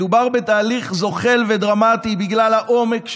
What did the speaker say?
מדובר בתהליך זוחל ודרמטי בגלל העומק שלו,